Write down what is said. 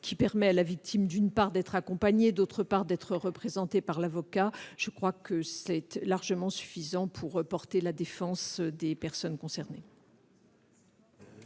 ; il permet à la victime, d'une part d'être accompagnée, d'autre part d'être représentée par l'avocat. C'est largement suffisant pour porter la défense des personnes concernées.